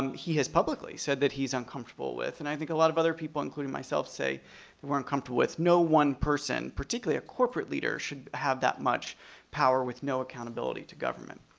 um he has publicly said that he's uncomfortable with, and i think a lot of other people, including myself, say we're uncomfortable with no one person, particularly a corporate leader, should have that much power with no accountability to government.